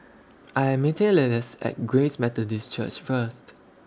I Am meeting Lillis At Grace Methodist Church First